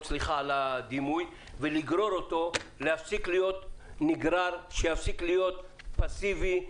ולגרור אותו שיפסיק להיות נגרר ופאסיבי,